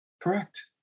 Correct